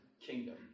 kingdom